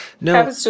No